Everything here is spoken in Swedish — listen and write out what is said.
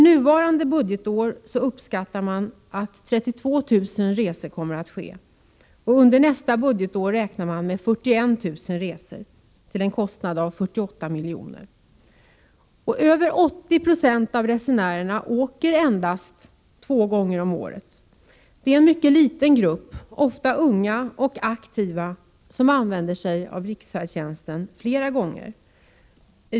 Man uppskattar att 32 000 resor sker under innevarande budgetår, och för nästa budgetår räknar man med 41 000 resor till en kostnad av 48 milj.kr. Över 80 96 av resenärerna åker endast två gånger om året. Det är en mycket liten grupp, ofta unga och aktiva, som använder sig av riksfärdtjänsten flera gånger.